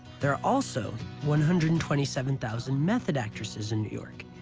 there are also one hundred and twenty seven thousand method actresses in new york,